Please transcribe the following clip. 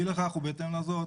אי לכך ובהתאם לזאת,